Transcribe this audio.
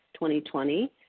2020